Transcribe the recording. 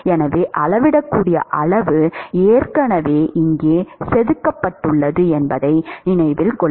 எனவே அளவிடக்கூடிய அளவு ஏற்கனவே இங்கே செதுக்கப்பட்டுள்ளது என்பதை நினைவில் கொள்ளவும்